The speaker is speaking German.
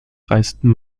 reisten